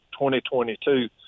2022